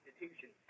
institutions